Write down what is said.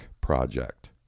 project